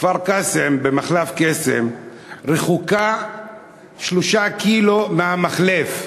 כפר-קאסם רחוק 3 ק"מ ממחלף קסם.